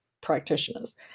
practitioners